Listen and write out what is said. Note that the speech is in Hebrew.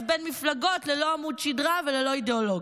בין מפלגות ללא עמוד שדרה וללא אידיאולוגיה.